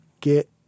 get